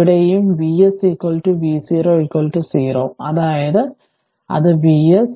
ഇവിടെയും Vs v0 0 അതായതു അത് Vs